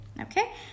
Okay